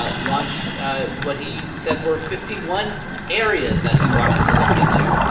ah launched ah what he said were fifty one areas that he wanted to look into.